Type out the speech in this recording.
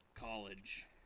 college